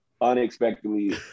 unexpectedly